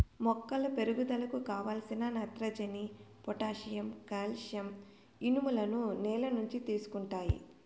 మొక్కల పెరుగుదలకు కావలసిన నత్రజని, పొటాషియం, కాల్షియం, ఇనుములను నేల నుంచి తీసుకుంటాయి